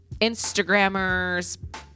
Instagrammers